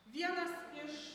vienas iš